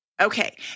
Okay